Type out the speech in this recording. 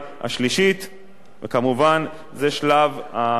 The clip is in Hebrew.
וכמובן זה שלב התודות וההערכות